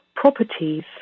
properties